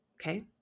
Okay